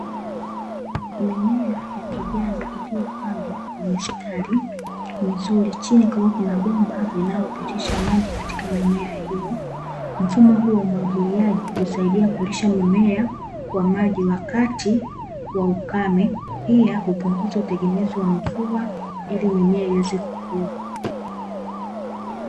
Mimea ya kijani iliyopandwa kwa mistari mizuri, chini kukiwa kuna bomba linalopitisha maji katika mimea hiyo. Mfumo huu wa umwagiliaji husaidia kulisha mimea kwa maji wakati wa ukame, pia hupunguza utegemezi wa mvua ili mimea iweze kukuwa.